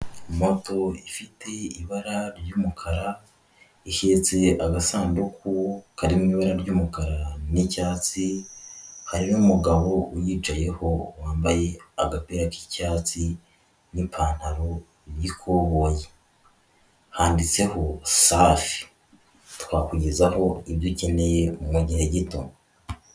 Moto ifite ibara ry'umukara, ihetse agasanduku kari mu ibara ry'umukara n'icyatsi, hari n'umugabo uyicayeho wambaye agapira k'icyatsi n'ipantaro y'ikoboyi, handitseho safi twakugezaho ibyo ukeneye mu gihe gito.